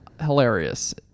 hilarious